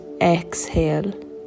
exhale